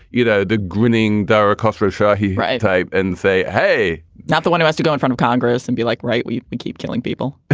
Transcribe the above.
you know, the grinning derek khosro show his right eye and say, hey, i'm not the one who has to go in front of congress and be like right. we we keep killing people